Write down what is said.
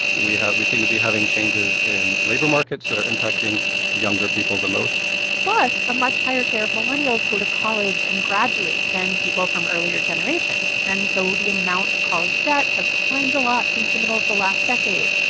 we have we seem to be having changes in labor markets that are impacting younger people the most plus, a much higher share of millennials go to college and graduate than people from earlier generations. and so the amount of college debt has climbed a lot since the middle of the last decade,